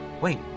Wait